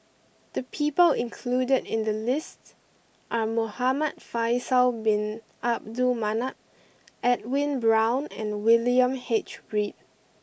the people included in the list are Muhamad Faisal bin Abdul Manap Edwin Brown and William H Read